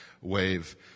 wave